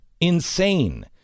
Insane